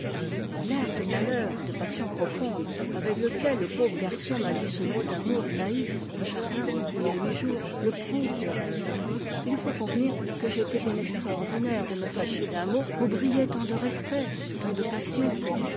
l'air de malheur et de passion profonde avec lequel le pauvre garçon m'a dit ce mot d'amour naïf au jardin il y a huit jours le prouve de reste il faut convenir que j'ai été bien extraordinaire de me fâcher d'un mot où brillaient tant de respect tant de passion